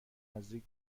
نزدیک